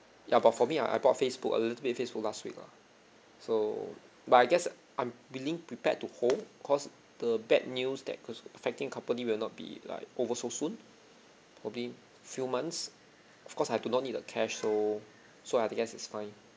ya but for me I I bought facebook a little bit facebook last week lah so but I guess I'm willing prepared to hold cause the bad news that cause affecting company will not be like over so soon probably few months of course I do not need the cash so so I'd guess it's fine